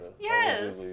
Yes